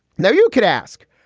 now, you could ask.